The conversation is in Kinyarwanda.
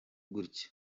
gutya